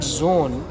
zone